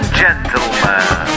gentlemen